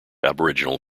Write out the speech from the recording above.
aboriginal